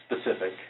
specific